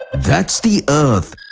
that's the earth.